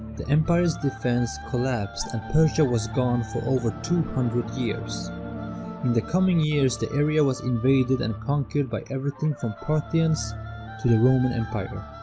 the empire's defence collapsed and persia was gone for over two hundred years in the coming years, the area was invaded and conquered by everything from parthians to the roman empire.